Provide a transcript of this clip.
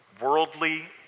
worldly